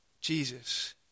Jesus